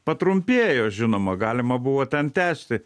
patrumpėjo žinoma galima buvo ten tęsti